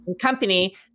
company